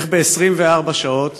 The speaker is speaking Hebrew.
איך ב-24 שעות